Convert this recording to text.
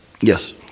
Yes